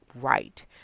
right